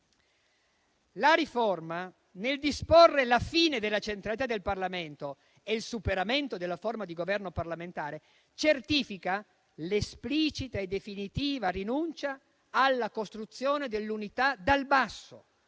La riforma, nel disporre la fine della centralità del Parlamento e il superamento della forma di governo parlamentare, certifica l'esplicita e definitiva rinuncia alla costruzione dell'unità dal basso,